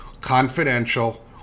confidential